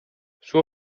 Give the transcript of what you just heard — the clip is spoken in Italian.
suo